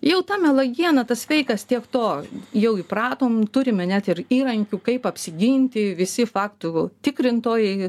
jau ta melagiena tas feikas tiek to jau įpratom turime net ir įrankių kaip apsiginti visi faktų tikrintojai